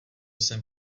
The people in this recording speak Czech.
sem